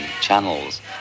channels